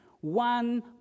one